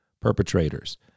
perpetrators